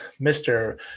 Mr